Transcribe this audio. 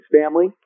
family